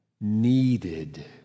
needed